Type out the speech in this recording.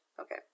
Okay